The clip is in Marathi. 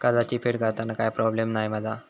कर्जाची फेड करताना काय प्रोब्लेम नाय मा जा?